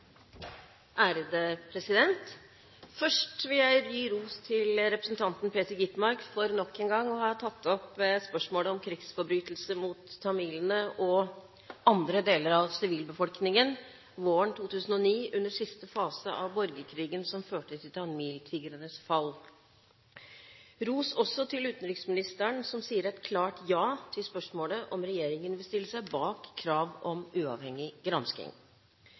Først vil jeg gi ros til representanten Peter Skovholt Gitmark for nok en gang å ha tatt opp spørsmålet om krigsforbrytelser mot tamilene og andre deler av sivilbefolkningen våren 2009, under siste fase av borgerkrigen som førte til tamiltigrenes fall. Jeg vil også gi ros til utenriksministeren som sier et klart ja til spørsmålet om regjeringen vil stille seg bak krav om uavhengig gransking,